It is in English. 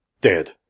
dead